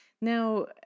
Now